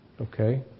Okay